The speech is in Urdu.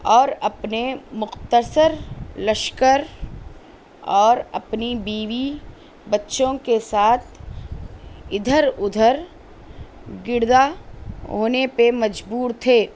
اور اپنے مختصر لشکر اور اپنی بیوی بچوں کے ساتھ ادھرادھر گڑدہ ہونے پہ مجبور تھے